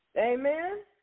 Amen